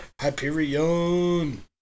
Hyperion